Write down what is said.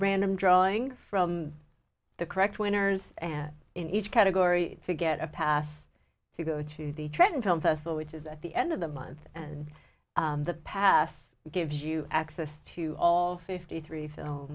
random drawing from the correct winners in each category to get a pass to go to the trenton film vessel which is at the end of the month and the pass gives you access to all fifty three